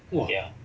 !wah!